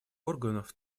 органов